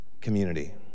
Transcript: community